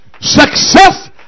Success